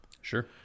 sure